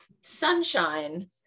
sunshine